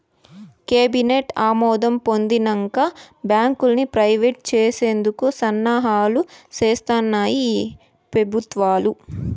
cabinet ఆమోదం పొందినంక బాంకుల్ని ప్రైవేట్ చేసేందుకు సన్నాహాలు సేస్తాన్నాయి ఈ పెబుత్వాలు